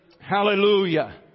Hallelujah